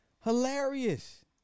Hilarious